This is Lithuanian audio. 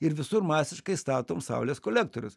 ir visur masiškai statom saulės kolektorius